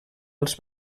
els